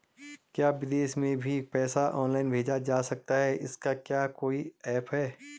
क्या विदेश में भी पैसा ऑनलाइन भेजा जा सकता है इसका क्या कोई ऐप है?